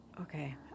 Okay